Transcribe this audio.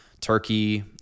Turkey